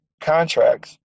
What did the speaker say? contracts